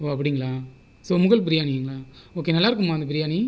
ஓ அப்படிங்கள ஸோ முகல் பிரியாணிங்கல ஓகே நல்ல இருக்குமா அந்த பிரியாணி